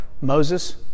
Moses